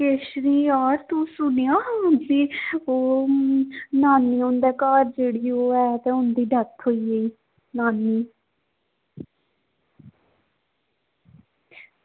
केसरी यार तू सुनेआ हा कि ओह् नानी हुं'दे घर जेह्ड़ी ओह् ऐ ते उं'दी डेथ होई गेई मामी